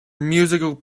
musical